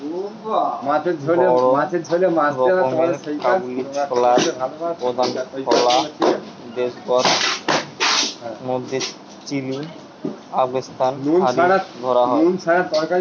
বড় রকমের কাবুলি ছোলার প্রধান ফলা দেশগার মধ্যে চিলি, আফগানিস্তান হারি ধরা হয়